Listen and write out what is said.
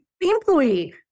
employee